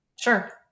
Sure